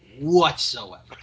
whatsoever